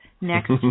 next